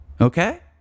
Okay